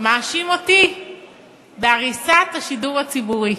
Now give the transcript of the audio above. מאשים אותי בהריסת השידור הציבורי.